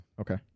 Okay